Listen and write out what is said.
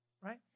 right